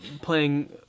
playing